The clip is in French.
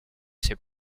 ces